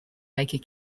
baker